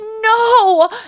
no